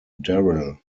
darrell